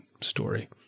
story